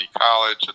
College